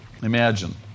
Imagine